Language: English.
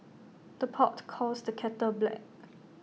the pot calls the kettle black